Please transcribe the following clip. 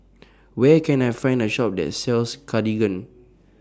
Where Can I Find A Shop that sells Cartigain